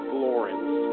Florence